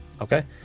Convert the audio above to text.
Okay